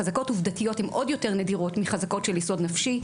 חזקות עובדתיות הן עוד יותר נדירות מחזקות של יסוד נפשי.